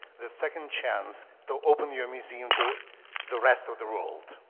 the second chance to open your museum to the rest of the world.